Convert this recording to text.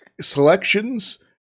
selections